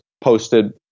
posted